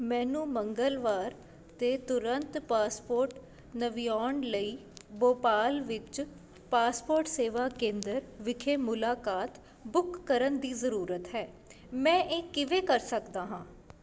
ਮੈਨੂੰ ਮੰਗਲਵਾਰ ਅਤੇ ਤੁਰੰਤ ਪਾਸਪੋਰਟ ਨਵਿਆਉਣ ਲਈ ਭੋਪਾਲ ਵਿੱਚ ਪਾਸਪੋਰਟ ਸੇਵਾ ਕੇਂਦਰ ਵਿਖੇ ਮੁਲਾਕਾਤ ਬੁੱਕ ਕਰਨ ਦੀ ਜ਼ਰੂਰਤ ਹੈ ਮੈਂ ਇਹ ਕਿਵੇਂ ਕਰ ਸਕਦਾ ਹਾਂ